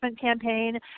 campaign